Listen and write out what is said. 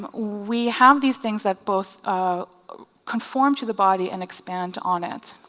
we have these things that both conform to the body and expand on it.